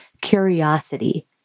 curiosity